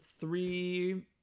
three